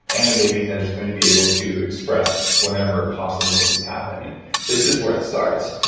and a baby that is going to be able to express whatever possibilities happen. and this is where it starts.